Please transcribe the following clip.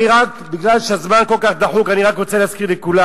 רק בגלל שהזמן כל כך דחוק אני רק רוצה להזכיר לכולם: